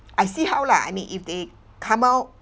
I see how lah I mean if they come out